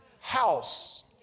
house